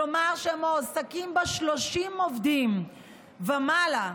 כלומר שמועסקים בו 30 עובדים ומעלה,